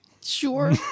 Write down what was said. Sure